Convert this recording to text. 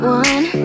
one